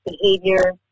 behavior